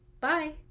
bye